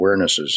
awarenesses